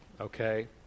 okay